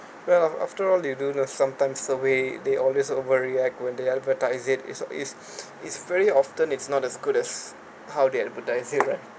well after all they do know sometimes survey they always overreact when they advertise it it's it's it's very often it's not as good as how they advertise it right